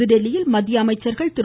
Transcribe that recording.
புதுதில்லியில் மத்திய அமைச்சர்கள் திரு